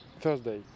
Thursday